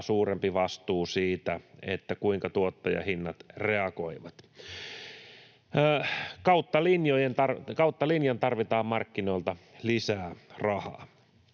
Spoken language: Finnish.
suurempi vastuu siitä, kuinka tuottajahinnat reagoivat. Kautta linjan tarvitaan markkinoilta lisää rahaa.